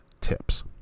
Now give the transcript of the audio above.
tips